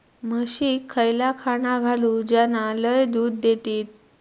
म्हशीक खयला खाणा घालू ज्याना लय दूध देतीत?